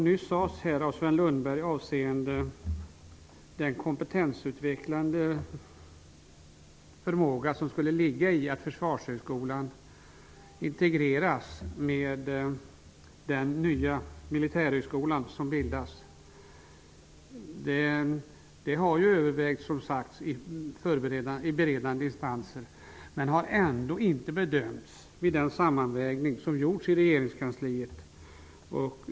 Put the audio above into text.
Nyss talade Sven Lundberg om den kompetensutveckling som skulle kunna bli följden av att Försvarshögskolan integreras med den nya militärhögskola som bildas. En integrering har övervägts i beredande instanser men ändå inte tagits med vid den sammanvägning som gjorts i regeringskansliet.